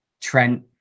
Trent